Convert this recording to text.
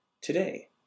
Today